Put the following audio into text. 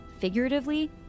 Figuratively